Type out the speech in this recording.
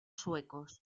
suecos